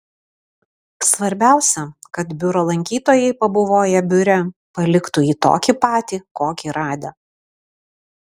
svarbiausia kad biuro lankytojai pabuvoję biure paliktų jį tokį patį kokį radę